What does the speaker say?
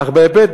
אף בהיבט